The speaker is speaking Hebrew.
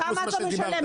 כמה אתה משלם?